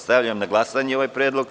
Stavljam na glasanje ovaj predlog.